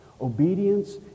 obedience